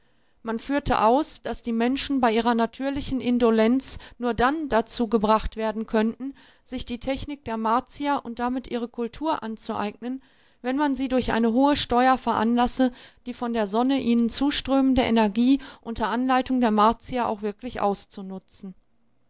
man führte aus daß die menschen bei ihrer natürlichen indolenz nur dann dazu gebracht werden könnten sich die technik der martier und damit ihre kultur anzueignen wenn man sie durch eine hohe steuer veranlasse die von der sonne ihnen zuströmende energie unter anleitung der martier auch wirklich auszunutzen